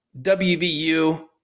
WVU